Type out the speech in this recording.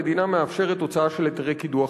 המדינה מאפשרת הוצאה של היתרי קידוח,